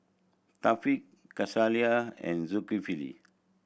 Thaqif Khalish and Zulkifli